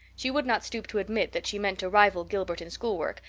she would not stoop to admit that she meant to rival gilbert in schoolwork,